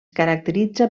caracteritza